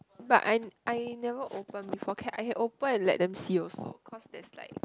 but I I never opened for cap I open and let them see also cause there's like